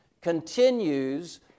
continues